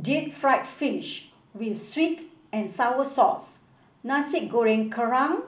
Deep Fried Fish with sweet and sour sauce Nasi Goreng Kerang